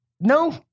no